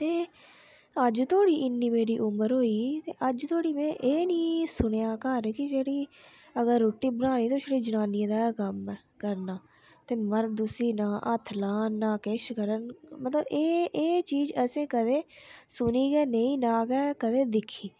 ते अज्ज तोड़ी इन्नी मेरी उम्र होई गेई ते अज्ज धोड़ी में एह् नी सुनेआ घर की अगर रूट्टी बनानी ते छड़ा जनानियें दा गै कम्म ऐ करना ते मर्द उसी ना हत्थ लान ना किश करन मतलब एह् एह् चीज असें कदें सुनी गै नेंई ना गै कदें दिक्खी